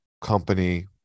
company